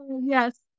Yes